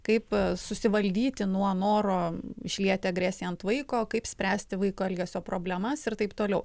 kaip susivaldyti nuo noro išlieti agresiją ant vaiko kaip spręsti vaiko elgesio problemas ir taip toliau